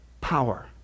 power